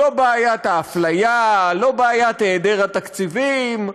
לא בעיית האפליה, לא בעיית היעדר התקציבים.